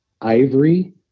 ivory